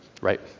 right